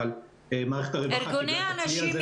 אבל מערכת הרווחה קיבלה את הכלי הזה ואת האפשרות לבצע.